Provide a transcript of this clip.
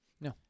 No